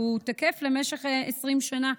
והוא תקף למשך 20 שנה.